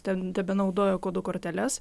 ten tebenaudoja kodų korteles